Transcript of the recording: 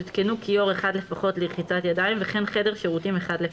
יותקנו כיור אחד לפחות לרחיצת ידיים וכן חדר שירותים אחד לפחות,